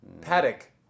Paddock